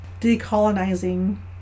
decolonizing